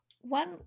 One